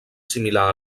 similar